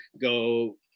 Go